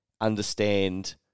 understand